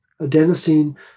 adenosine